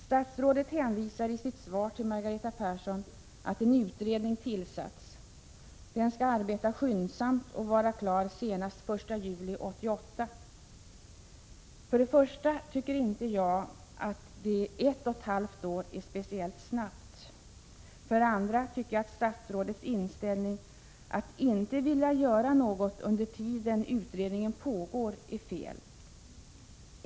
Statsrådet hänvisar i sitt svar till Margareta Persson till att en utredning 25 tillsatts. Den skall arbeta skyndsamt och vara klar senast den 1 juli 1988. För det första tycker jag inte att ett och ett halvt år är speciellt snabbt. För det andra tycker jag att statsrådets inställning, att man inte skall göra något under tiden utredningen pågår, är felaktig.